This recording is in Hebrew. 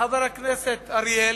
לחבר הכנסת אריאל,